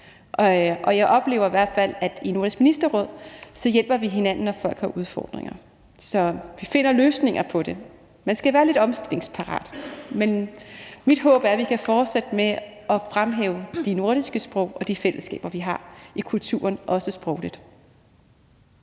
Jeg oplever i hvert fald, at vi i Nordisk Ministerråd hjælper hinanden, når folk har udfordringer. Så vi finder løsninger på det. Man skal være lidt omstillingsparat. Mit håb er, at vi kan fortsætte med at fremhæve de nordiske sprog og de fællesskaber, vi har, i kulturen – også sprogligt.